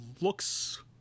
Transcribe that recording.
looks